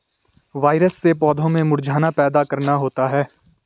virus से पौधों में मुरझाना पैदा करना होता है